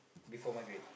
before maghrib